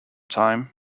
time